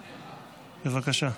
בבקשה.